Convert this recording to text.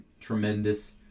tremendous